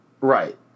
Right